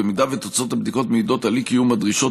ובמקרה שתוצאות הבדיקות מעידות על אי-קיום הדרישות,